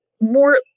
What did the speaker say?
more